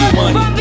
money